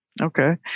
Okay